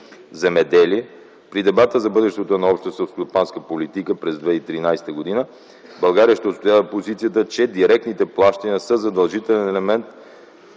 Земеделие. При дебата за бъдещето на общата селскостопанска политика през 2013 г. България ще отстоява позицията, че директните плащания са задължителен елемент